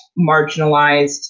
marginalized